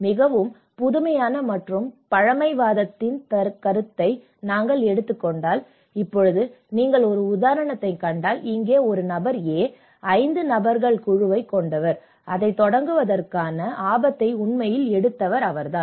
மிகவும் புதுமையான மற்றும் பழமைவாதத்தின் கருத்தை நாங்கள் எடுத்துக் கொண்டால் இப்போது நீங்கள் ஒரு உதாரணத்தைக் கண்டால் இங்கே ஒரு நபர் A 5 நண்பர்கள் குழுவைக் கொண்டவர் அதைத் தொடங்குவதற்கான ஆபத்தை உண்மையில் எடுத்தவர் அவர்தான்